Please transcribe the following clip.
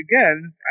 Again